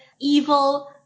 evil